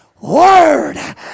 Word